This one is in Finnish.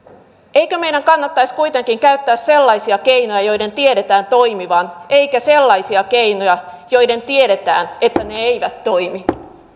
eikö meidän kannattaisi kuitenkin käyttää sellaisia keinoja joiden tiedetään toimivan eikä sellaisia keinoja joista tiedetään että ne eivät toimi